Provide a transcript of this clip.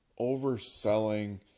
overselling